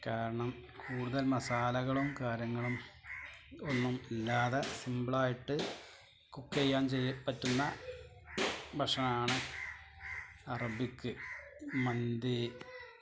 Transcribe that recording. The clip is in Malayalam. കാരണം കൂടുതൽ മസാലകളും കാര്യങ്ങളും ഒന്നും ഇല്ലാതെ സിമ്പിളായിട്ട് കുക്ക് ചെയ്യാൻ ചെയ്യാൻ പറ്റുന്ന ഭക്ഷണമാണ് അറബിക്ക് മന്തി